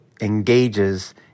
engages